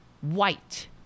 White